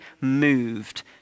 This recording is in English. moved